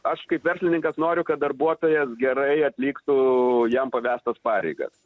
aš kaip verslininkas noriu kad darbuotojas gerai atliktų jam pavestas pareigas